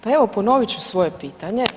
Pa evo ponovit ću svoje pitanje.